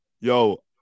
Yo